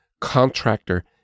Contractor